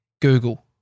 Google